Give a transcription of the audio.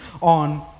on